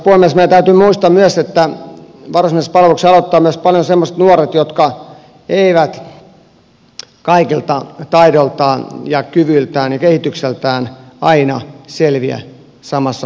meidän täytyy muistaa myös että varusmiespalveluksessa aloittaa myös paljon semmoisia nuoria jotka eivät kaikilta taidoiltaan ja kyvyiltään ja kehitykseltään aina selviä samassa vauhdissa